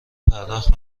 پرداخت